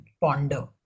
ponder